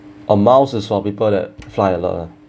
uh miles is for people that fly a lot lah